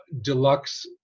deluxe